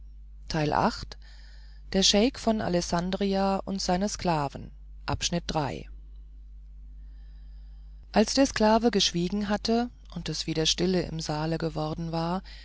als der sklave geschwiegen hatte und es wieder stille im saale geworden war